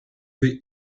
the